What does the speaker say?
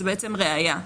זאת בעצם ראיה.